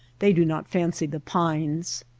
they do not fancy the pines.